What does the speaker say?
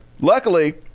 luckily